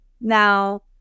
Now-